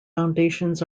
foundations